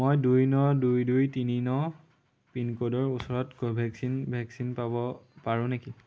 মই দুই ন দুই দুই তিনি ন পিনক'ডৰ ওচৰত কোভেক্সিন ভেকচিন পাব পাৰোঁ নেকি